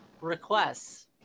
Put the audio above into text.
requests